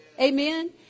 Amen